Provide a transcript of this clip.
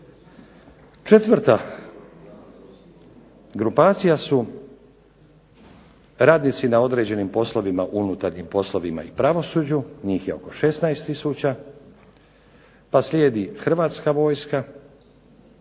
4. grupacija su radnici na određenim poslovima unutarnjim poslovima i pravosuđu njih je oko 16 tisuća, pa slijedi Hrvatska vojska,